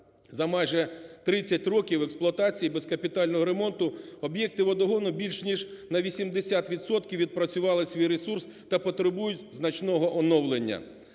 За майже 30 років експлуатації, без капітального ремонту, об'єкти водогону більш, ніж на 80 відсотків відпрацювали свій ресурс та потребують значного оновлення.